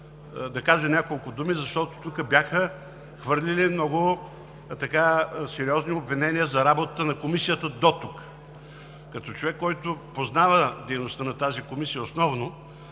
да кажа няколко думи, защото тук бяха хвърлени много сериозни обвинения за работата на Комисията дотук. Като човек, който познава основно дейността на тази комисия,